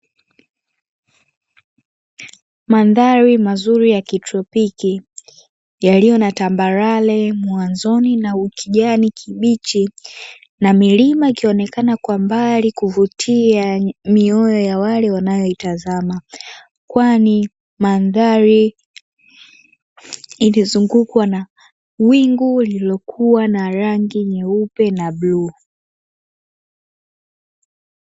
Mandhari mazuri ya kitropiki yaliyo na tambarare mwanzoni na ukijani kibichi, na milima ikionekana kwa mbali kuvutia mioyo ya wale wanaoitazama, kwani mandhari iliyozungukwa na wingu lililokuwa na rangi nyeupe na bluu.